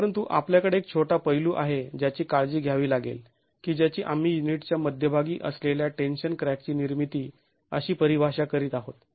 परंतु आपल्याकडे एक छोटा पैलू आहे ज्याची काळजी घ्यावी लागेल की ज्याची आम्ही युनिटच्या मध्यभागी असलेल्या टेन्शन क्रॅकची निर्मिती अशी परिभाषा करीत आहोत